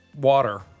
water